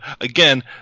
again